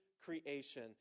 creation